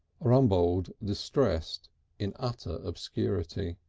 rumbold distressed in utter obscurity.